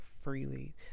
freely